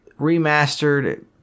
remastered